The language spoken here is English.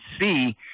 see